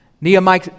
Nehemiah